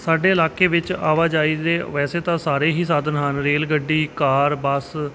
ਸਾਡੇ ਇਲਾਕੇ ਵਿੱਚ ਆਵਾਜਾਈ ਦੇ ਵੈਸੇ ਤਾਂ ਸਾਰੇ ਹੀ ਸਾਧਨ ਹਨ ਰੇਲ ਗੱਡੀ ਕਾਰ ਬੱਸ